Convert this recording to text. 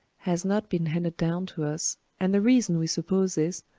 has not been handed down to us, and the reason we suppose is,